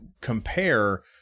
compare